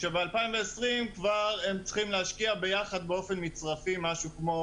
שב-2020 כבר הן צריכות להשקיע ביחד באופן מצרפי משהו כמו,